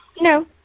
No